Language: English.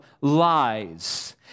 lies